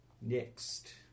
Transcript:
next